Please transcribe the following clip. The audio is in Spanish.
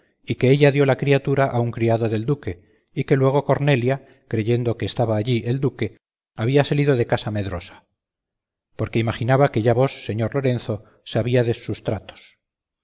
y que ella dio la criatura a un criado del duque y que luego cornelia creyendo que estaba allí el duque había salido de casa medrosa porque imaginaba que ya vos señor lorenzo sabíades sus tratos